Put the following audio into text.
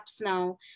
now